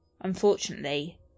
Unfortunately